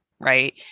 Right